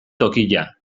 tokia